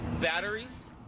Batteries